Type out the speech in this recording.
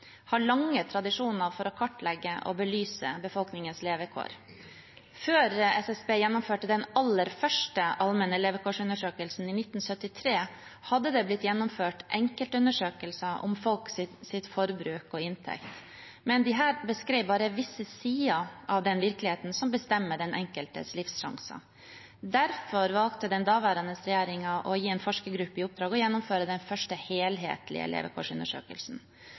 har lange tradisjoner for å kartlegge og belyse befolkningens levekår. Før SSB gjennomførte den aller første allmenne levekårsundersøkelsen i 1973, hadde det blitt gjennomført enkeltundersøkelser om folks forbruk og inntekt, men disse beskrev bare visse sider av den virkeligheten som bestemmer den enkeltes livssjanser. Derfor valgte den daværende regjeringen å gi en forskergruppe i oppdrag å gjennomføre den første helhetlige levekårsundersøkelsen.